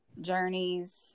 journeys